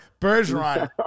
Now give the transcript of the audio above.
Bergeron